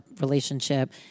relationship